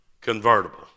convertible